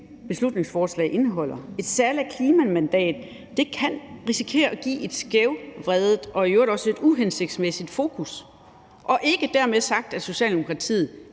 beslutningsforslag indeholder. Et særligt klimamandat kan risikere at give et skævvredet og i øvrigt også et uhensigtsmæssigt fokus. Dermed ikke sagt, at Socialdemokratiet